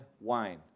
wine